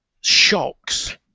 shocks